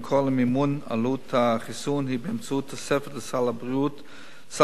המקור למימון עלות החיסון הוא באמצעות תוספת לסל שירותי